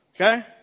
Okay